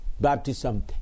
baptism